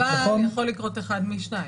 אבל יכול לקרות אחד משניים,